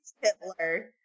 Hitler